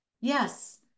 Yes